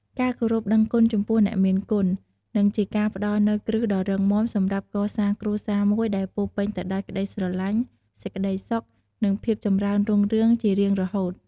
ការគោរពដឹងគុណចំពោះអ្នកមានគុណ និងជាការផ្តល់នូវគ្រឹះដ៏រឹងមាំសម្រាប់កសាងគ្រួសារមួយដែលពោរពេញទៅដោយក្តីស្រឡាញ់ សេចក្តីសុខ និងភាពចម្រើនរុងរឿងជារៀងរហូត។